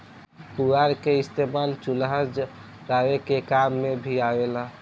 पुअरा के इस्तेमाल चूल्हा जरावे के काम मे भी आवेला